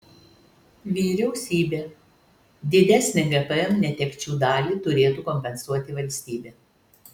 vyriausybė didesnę gpm netekčių dalį turėtų kompensuoti valstybė